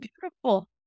beautiful